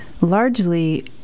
largely